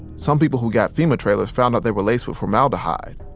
some people who got fema trailers found out they were laced with formaldehyde.